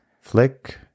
flick